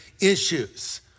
issues